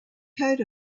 coat